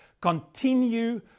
continue